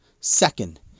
Second